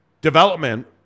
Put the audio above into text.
development